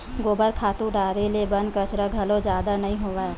गोबर खातू डारे ले बन कचरा घलो जादा नइ होवय